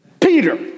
Peter